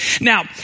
Now